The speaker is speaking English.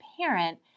parent